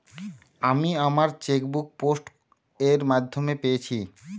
আমি আমার chequebook post এর মাধ্যমে পেয়েছি